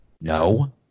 No